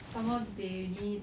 some more they already